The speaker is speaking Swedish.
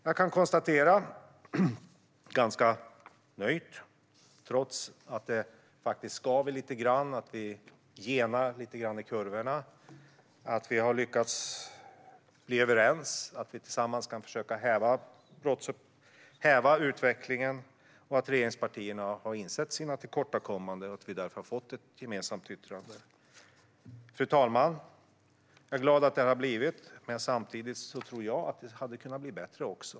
Jag kan konstatera ganska nöjt - trots att det skaver något att vi genar lite grann i kurvorna - att vi har lyckats bli överens, att vi tillsammans kan försöka häva utvecklingen, att regeringspartierna har insett sina tillkortakommanden och att vi därför har fått ett gemensamt yttrande. Fru talman! Jag är glad att detta har kommit till stånd, men samtidigt tror jag att det hade kunnat bli bättre.